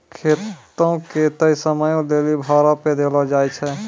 खेतो के तय समयो लेली भाड़ा पे देलो जाय छै